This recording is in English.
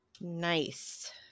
Nice